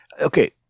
okay